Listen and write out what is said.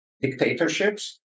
dictatorships